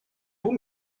vous